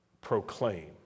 proclaim